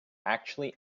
actually